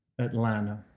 Atlanta